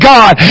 God